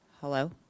Hello